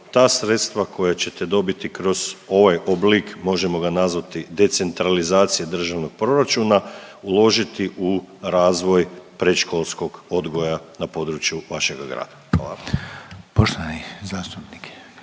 ta sredstva koja ćete dobiti kroz ovaj oblik možemo ga nazvati decentralizacije Državnog proračuna uložiti u razvoj predškolskog odgoja na području vašega grada.